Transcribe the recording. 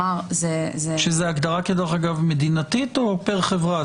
שזו הגדרה, כדרך אגב, מדינתית או פר חברה?